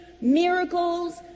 miracles